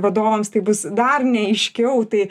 vadovams tai bus dar neaiškiau tai